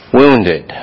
wounded